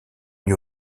n’y